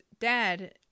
dad